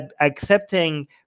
accepting